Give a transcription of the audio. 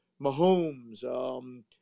Mahomes